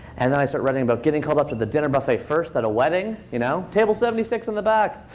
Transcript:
and then i so started writing about getting called up to the dinner buffet first at a wedding, you know, table seventy six in the back!